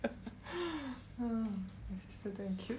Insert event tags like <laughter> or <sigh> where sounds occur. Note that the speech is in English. <laughs> my sister damn cute